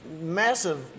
massive